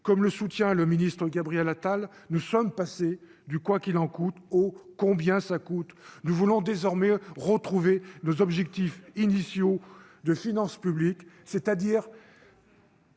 comme le soutient le ministre-Gabriel Attal, nous sommes passés du quoi qu'il en coûte au combien ça coûte, nous voulons désormais retrouver nos objectifs initiaux de finances publiques, c'est-à-dire.